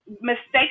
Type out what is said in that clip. Mistakes